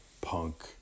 punk